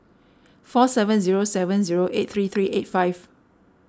four seven zero seven zero eight three three eight five